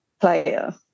player